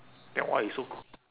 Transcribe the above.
then why you so c~ c~